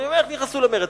איך נכנסו למרד?